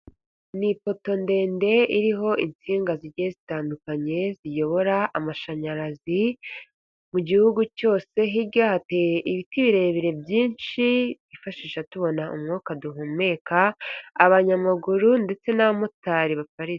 Ni ipoto ndende, iriho insinga zigiye zitandukanye, ziyobora amashanyarazi mu gihugu cyose, hirya hateye ibiti birebire byinshi, twifashisha tubona umwuka duhumeka, abanyamaguru ndetse n'abamotari baparitse.